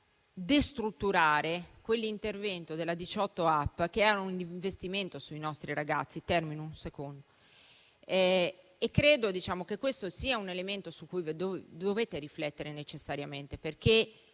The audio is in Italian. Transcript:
nel destrutturare l'intervento 18app, che era un investimento sui nostri ragazzi. Ebbene, credo che questo sia un elemento su cui dovete riflettere necessariamente, perché